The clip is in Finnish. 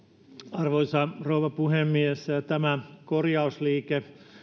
arvoisa rouva puhemies tämä korjausliike